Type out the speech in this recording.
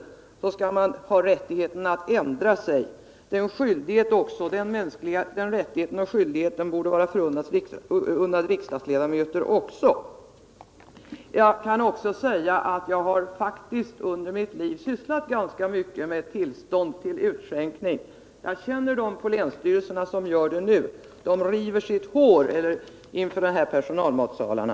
Man har dessutom en skyldighet att göra det. Den rättigheten och skyldigheten borde också gälla för riksdagsledamöter. Jag vill också tillägga att jag under mitt liv faktiskt har sysslat ganska mycket med utskänkningstillstånd. Jag känner också personer på länsstyrelsen som gör det nu, och jag kan försäkra att de river sitt hår inför detta med personalmatsalarna.